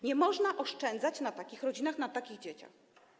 Nie można oszczędzać na takich rodzinach, na takich dzieciach.